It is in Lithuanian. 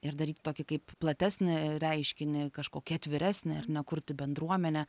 ir daryti tokį kaip platesnį reiškinį kažkokį atviresnį ar ne kurti bendruomenę